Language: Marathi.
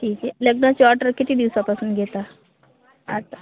ठीक आहे लग्नाची ऑर्डर किती दिवसापासून घेता आत